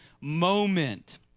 moment